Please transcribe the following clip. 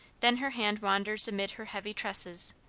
then her hand wanders amid her heavy tresses,